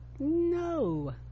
no